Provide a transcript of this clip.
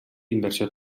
inversió